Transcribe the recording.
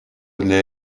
для